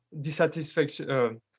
dissatisfaction